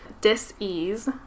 dis-ease